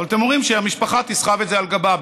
אבל אתם אומרים שהמשפחה תסחב את זה על גבה.